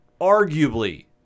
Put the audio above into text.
Arguably